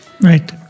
Right